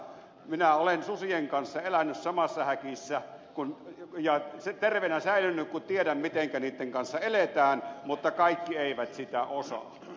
minä olen susien kanssa elänyt samassa häkissä ja terveenä säilynyt kun tiedän mitenkä niitten kanssa eletään mutta kaikki eivät sitä osaa